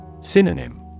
Synonym